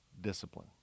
discipline